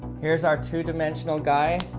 here's our two dimensional guy